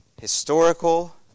historical